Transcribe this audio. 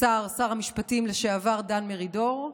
שר המשפטים לשעבר דן מרידור,